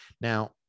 Now